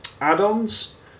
add-ons